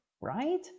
right